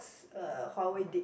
uh Huawei did